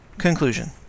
Conclusion